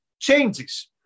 changes